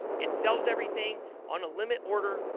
it sells everything on a limit order,